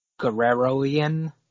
Guerreroian